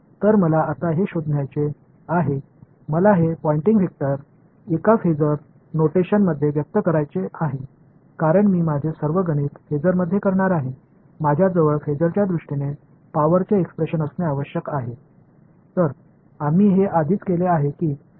எனவே நான் இப்போது கண்டுபிடிக்க விரும்புகிறேன் இந்த பய்ண்டிங் வெக்டர் ஒரு பேஸர் குறியீட்டில் வெளிப்படுத்த விரும்புகிறேன் ஏனென்றால் எனது எல்லா கணக்கீடுகளையும் நான் ஃபாசரில் செய்யப் போகிறேன் ஏனெனில் ஃபாசர்களின் அடிப்படையில் சக்திக்கான வெளிப்பாடு இருக்க வேண்டும்